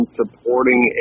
supporting